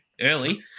early